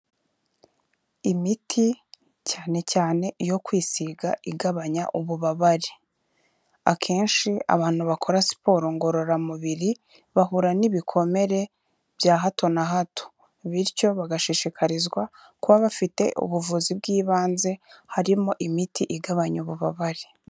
Imiti cyane cyane iyo kwisiga igabanya ububabare, akenshi abantu bakora siporo ngororamubiri bahura n'ibikomere bya hato na hato, bityo bagashishikarizwa kuba bafite ubuvuzi bw'ibanze, harimo imiti igabanya ububabare.